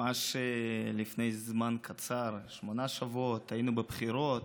ממש לפני זמן קצר, שמונה שבועות, היינו בבחירות.